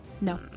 No